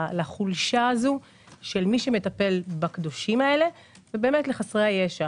לחולשה של מי שמטפל בקדושים האלה ולחסרי הישע